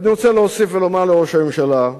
ואני רוצה להוסיף ולומר לראש הממשלה: